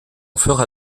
fera